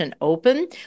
open